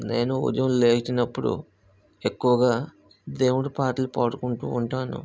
నేను ఉదయం లేచినపుడు ఎక్కువగా దేవుడి పాటలు పాడుకుంటూ ఉంటాను